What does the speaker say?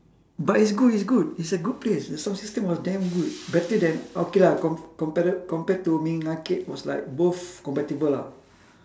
but is good is good is a good place the sound system was damn good better than okay lah comp~ compare~ compared to ming arcade was like both compatible lah